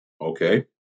Okay